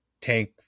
tank